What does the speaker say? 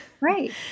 right